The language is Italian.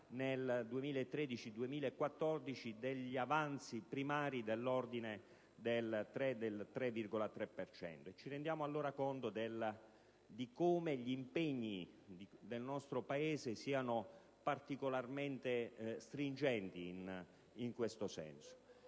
nel 2013-2014 avanzi primari dell'ordine del 3-3,5 per cento. Ci rendiamo allora conto di come gli impegni del nostro Paese siano particolarmente stringenti in questo senso.